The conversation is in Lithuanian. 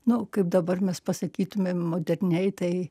nu kaip dabar mes pasakytumėm moderniai tai